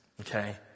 Okay